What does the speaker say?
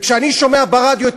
כשאני שומע ברדיו את